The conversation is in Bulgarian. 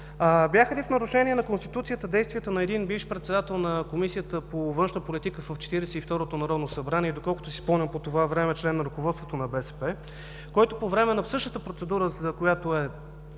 бяха ли в нарушение на Конституцията действията на един висш председател на Комисията по външна политика в Четиридесет и второто народно събрание, доколкото си спомням по това време член на ръководството на БСП, който по време на същата процедура, която е